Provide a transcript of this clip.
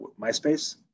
MySpace